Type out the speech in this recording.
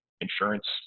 insurance